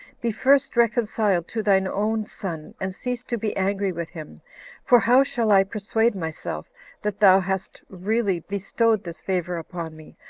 be first reconciled to thine own son, and cease to be angry with him for how shall i persuade myself that thou hast really bestowed this favor upon me,